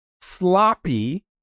sloppy